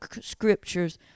scriptures